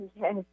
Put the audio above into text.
Yes